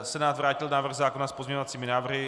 Senát vrátil návrh zákona s pozměňovacími návrhy.